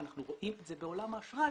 ואנחנו רואים את זה בעולם האשראי,